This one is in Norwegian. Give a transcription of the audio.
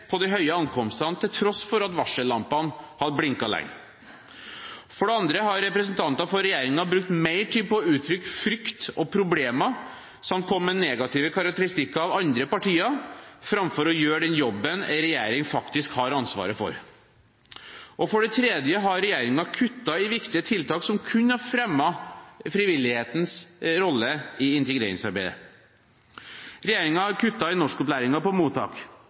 på de høye ankomsttallene, til tross for at varsellampene hadde blinket lenge. For det andre har representanter for regjeringen brukt mer tid på å uttrykke frykt og å problematisere samt å komme med negative karakteristikker av andre partier framfor å gjøre den jobben en regjering faktisk har ansvaret for. For det tredje har regjeringen kuttet i viktige tiltak som kunne ha fremmet frivillighetens rolle i integreringsarbeidet. Regjeringen har kuttet i norskopplæringen på mottak.